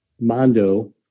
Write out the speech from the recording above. Mondo